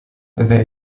they